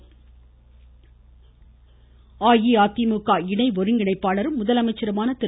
முதலமைச்சர் அஇஅதிமுக இணை ஒருங்கிணைப்பாளரும் முதலமைச்சருமான திரு